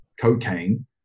cocaine